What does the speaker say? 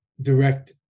direct